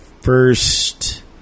First